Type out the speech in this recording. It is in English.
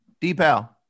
D-Pal